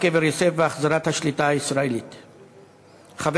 קבר יוסף והחזרת השליטה הישראלית בו,